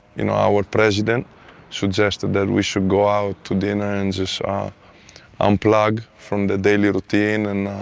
you know our president suggested we should go out to dinner and just unplug from the daily routine, and